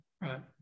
Right